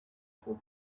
for